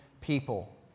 people